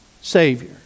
Savior